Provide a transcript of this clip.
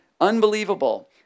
Unbelievable